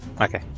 Okay